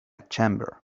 chamber